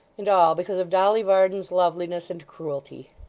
and all because of dolly varden's loveliness and cruelty!